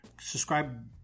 Subscribe